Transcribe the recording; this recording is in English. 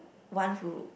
one who